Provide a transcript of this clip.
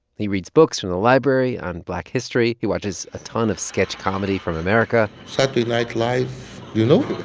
he reads books from the library on black history. he watches a ton of sketch comedy from america saturday night live you know? the